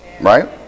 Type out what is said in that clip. right